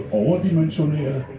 overdimensioneret